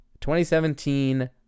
2017